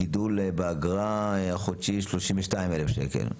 הגידול באגרה החודשי 32,000 שקלים.